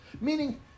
Meaning